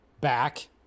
back